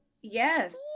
Yes